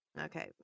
Okay